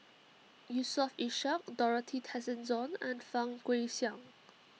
Yusof Ishak Dorothy Tessensohn and Fang Guixiang